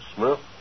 Smith